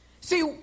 See